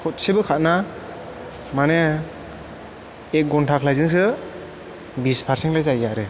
खनसेबो खाना माने एक घन्टा ख्लायजोंसो बिस पारचेन्ट लाय जायो आरो